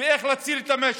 באיך להציל את המשק,